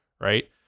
Right